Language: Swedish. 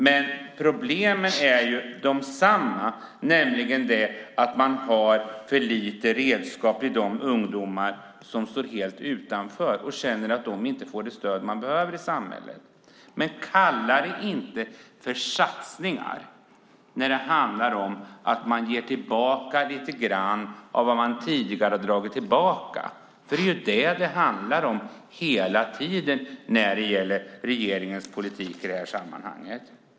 Men problemen är desamma, nämligen att man har för lite redskap för de ungdomar som står helt utanför och som känner att de inte får det stöd de behöver i samhället. Men kalla det inte för satsningar när det handlar om att man ger tillbaka lite grann av vad man tidigare har dragit tillbaka! Det är ju det som det handlar om hela tiden när det gäller regeringens politik i sammanhanget.